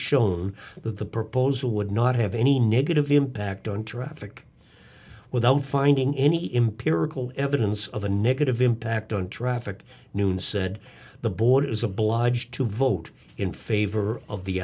shown that the proposal would not have any negative impact on traffic without finding any imperial evidence of a negative impact on traffic nunes said the board is obliged to vote in favor of the